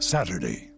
Saturday